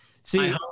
See